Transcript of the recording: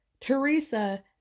Teresa